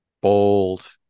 bold